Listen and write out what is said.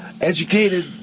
educated